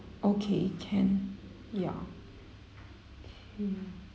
okay can ya okay